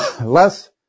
less